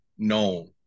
Known